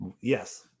Yes